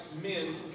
men